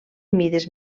mides